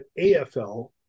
afl